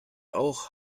auch